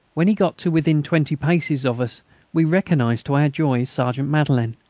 when he got to within twenty paces of us we recognised to our joy sergeant madelin,